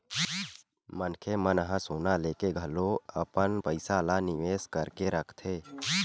मनखे मन ह सोना लेके घलो अपन पइसा ल निवेस करके रखथे